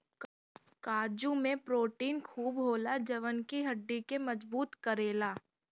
काजू में प्रोटीन खूब होला जवन की हड्डी के मजबूत करेला